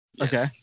Okay